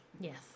Yes